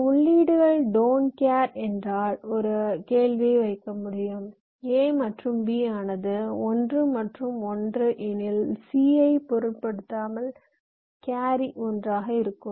சில உள்ளீடுகள் டோன்ட் கேர்dont care என்றால் ஒரு கேள்வியை வைக்க முடியும் a மற்றும் b ஆனது 1 மற்றும் 1 எனில் c ஐப் பொருட்படுத்தாமல் கேரி 1 ஆக இருக்கும்